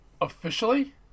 Officially